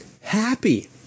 happy